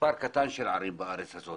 מספר קטן של ערים בארץ הזאת